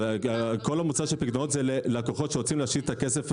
וכל המוצא של פיקדונות זה ללקוחות שרוצים להשאיר את הכסף בבנק.